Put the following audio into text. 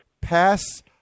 pass